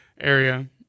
area